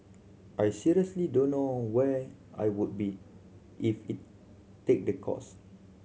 I seriously don't know where I would be if it take the course